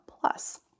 plus